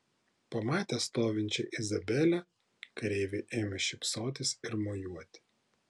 pamatę stovinčią izabelę kareiviai ėmė šypsotis ir mojuoti